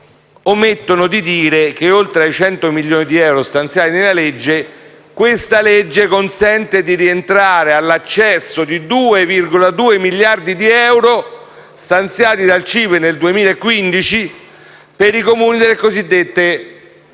omettono di dire che, oltre ai 100 milioni di euro stanziati nel testo, il provvedimento consente di rientrare all'accesso di 2,2 miliardi di euro stanziati dal CIPE nel 2015 per i Comuni delle cosiddette zone